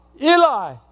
Eli